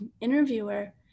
interviewer